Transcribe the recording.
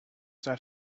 that